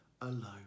alone